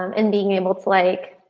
um and being able to like